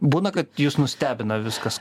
būna kad jus nustebina viskas